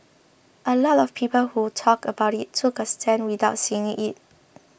a lot of people who talked about it took a stand without seeing it